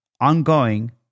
ongoing